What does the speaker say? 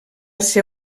ser